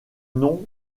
nom